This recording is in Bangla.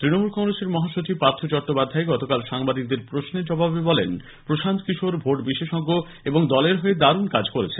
তৃণমূল কংগ্রেসের মহাসচিব পার্থ চট্টোপাধ্যায় গতকাল সাংবাদিকদের প্রশ্নের জবাবে বলেন প্রশান্ত কিশোর ভোট বিশেষজ্ঞ এবং দলের জন্য দারুণ কাজ করছেন